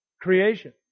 creation